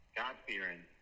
god-fearing